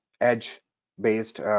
edge-based